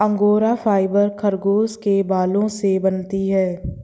angora fibre खरगोश के बालों से बनती है